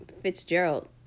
Fitzgerald